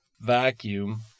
vacuum